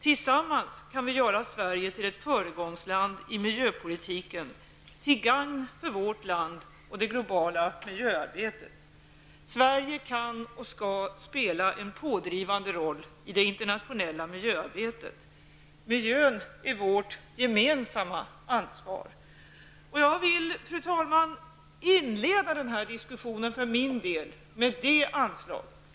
Tillsammans kan vi göra Sverige till ett föregångsland i miljöpolitiken, till gagn för vårt land och det globala miljöarbetet. Sverige kan och skall spela en pådrivande roll i det internationella miljöarbetet. Miljön är vårt gemensamma ansvar. Jag vill, fru talman, för min del inleda den här debatten med det anslaget.